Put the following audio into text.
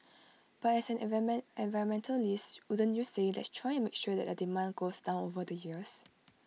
but as environment environmentalist wouldn't you say let's try and make sure that the demand goes down over the years